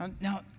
Now